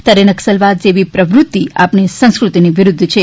ત્યારે નકસલવાદ જેવી પ્રવૃતિ આપણી સંસ્કૃતિની વિરુદ્ધ છે